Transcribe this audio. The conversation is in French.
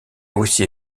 aussi